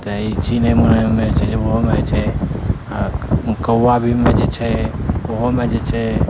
तऽ ई चीज नहि छै जे नहि होइ छै ओहोमे होइ छै आओर कौआ भीमे जे छै ओहोमे जे छै